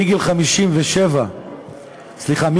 סליחה,